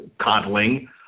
coddling